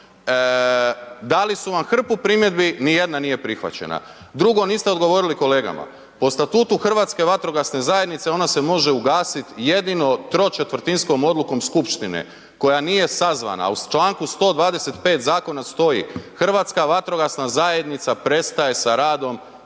Dali su vam hrpu primjedbi ni jedna nije prihvaćena. Drugo niste odgovorili kolegama, po statutu Hrvatske vatrogasne zajednice, ona se može ugasiti jedino tročetvrtinskom odlukom skupštine koja nije sazvana. A u članku 125. zakona stoji: „Hrvatska